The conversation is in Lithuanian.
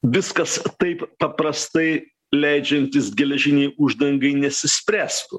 viskas taip paprastai leidžiantis geležinei uždangai nesispręstų